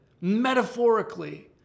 metaphorically